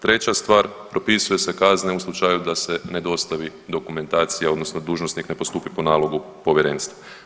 Treća stvar, propisuju se kazne u slučaju da se ne dostavi dokumentacija odnosno dužnosnik ne postupi po nalogu Povjerenstva.